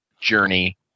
journey